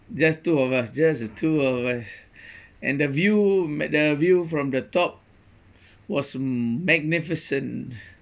just two of us just the two of us and the view the view from the top was magnificent